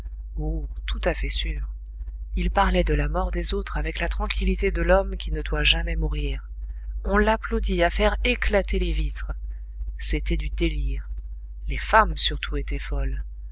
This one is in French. tout à fait sûr il parlait de la mort des autres avec la tranquillité de l'homme qui ne doit jamais mourir on l'applaudit à faire éclater les vitres c'était du délire les femmes surtout étaient folles